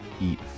eat